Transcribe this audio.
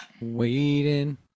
waiting